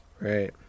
Right